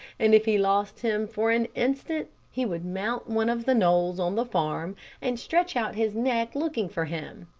and if he lost him for an instant, he would mount one of the knolls on the farm and stretch out his neck looking for him.